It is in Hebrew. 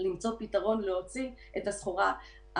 למצוא פתרון להוציא את הסחורה,